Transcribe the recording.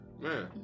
Man